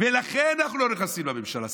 ולכן אנחנו לא נכנסים לממשלה.